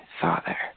Father